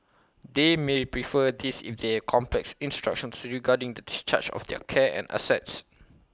they may prefer this if they have complex instructions regarding the discharge of their care and assets